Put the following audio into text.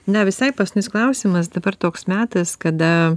na visai paskutinis klausimas dabar toks metas kada